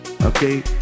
okay